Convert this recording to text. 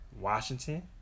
Washington